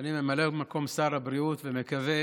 אני ממלא את מקום שר הבריאות ומקווה